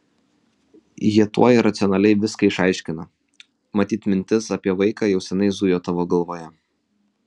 jie tuoj racionaliai viską išaiškina matyt mintis apie vaiką jau seniai zujo tavo galvoje